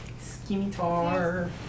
skimitar